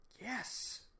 Yes